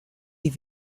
die